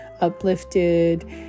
uplifted